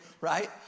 right